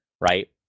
Right